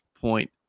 point